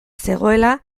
zegoela